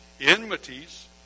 enmities